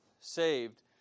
saved